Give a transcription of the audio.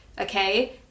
okay